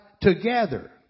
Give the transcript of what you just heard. together